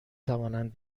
توانند